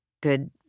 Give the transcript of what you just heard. good